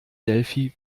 delphi